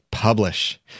Publish